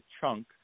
chunk